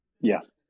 yes